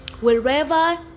wherever